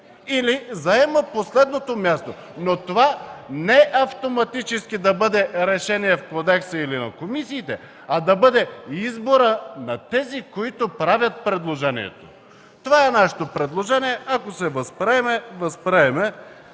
или заема последното място, но това не автоматически да бъде решение в Кодекса или в комисиите, а да бъде изборът на тези, които правят предложението. Това е нашето предложение. Ако се възприеме – възприеме.